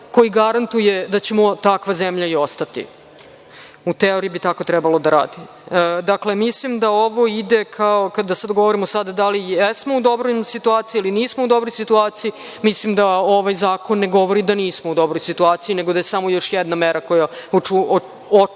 koji garantuje da ćemo takva zemlja i ostati. U teoriji bi tako trebalo da rade. Dakle, mislim da ovo ide kao kada se dogovorimo sada da li jesmo u dobroj situaciji ili nismo u dobroj situaciji, mislim da ovaj zakon ne govori da nismo u dobroj situaciji, nego da je samo još jedna mera koja treba